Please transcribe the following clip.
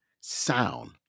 sound